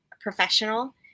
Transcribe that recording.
professional